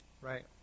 Right